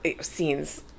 scenes